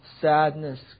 sadness